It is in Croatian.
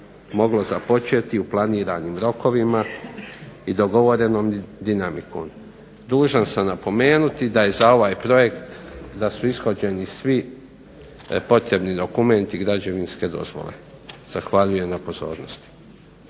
moglo započeti u planiranim rokovima i dogovorenom dinamikom. Dužan sam napomenuti da je za ovaj projekt, da su ishođeni svi potrebni dokumenti i građevinske dozvole. Zahvaljujem na pozornosti.